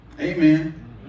Amen